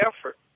effort